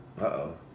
Uh-oh